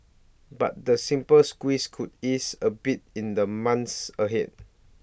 but the simple squeeze could ease A bit in the months ahead